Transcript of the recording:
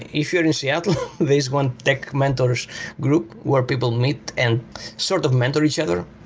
if you're in seattle, there's one tech mentor s group where people meet and sort of mentor each other,